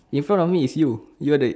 in front of me is you you are the